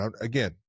Again